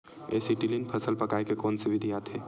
Acetylene फल पकाय के कोन सा विधि आवे?